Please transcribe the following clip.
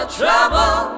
trouble